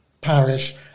parish